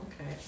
Okay